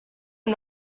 are